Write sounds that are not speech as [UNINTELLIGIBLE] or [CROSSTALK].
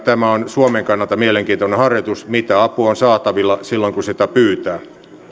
[UNINTELLIGIBLE] tämä on suomen kannalta ennen kaikkea mielenkiintoinen harjoitus mitä apua on saatavilla silloin kun sitä pyytää